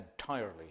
entirely